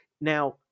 Now